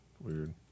weird